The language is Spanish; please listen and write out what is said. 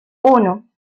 uno